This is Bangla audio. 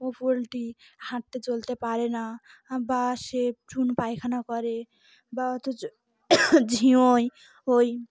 ও পোলট্রি হাঁটতে চলতে পারে না বা সে চুন পায়খানা করে বা অতো ঝিমোয়